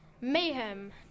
Mayhem